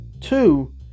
two